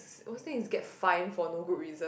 the worst thing is get fined for no good reason